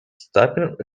stopping